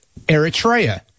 eritrea